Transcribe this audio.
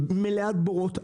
היא מלאת בורות,